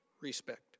Respect